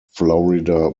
florida